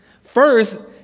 First